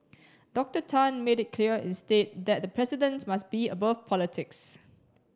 Doctor Tan made it clear instead that the president must be above politics